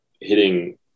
hitting